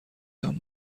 تان